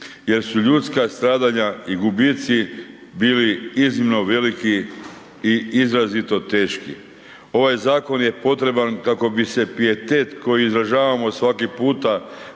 jer su ljudska stradanja i gubici bili iznimno veliki i izrazito teški. Ovaj zakon je potreban kako bi se pijetet koji izražavamo svaki puta